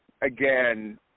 again